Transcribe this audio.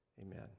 Amen